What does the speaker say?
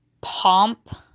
pomp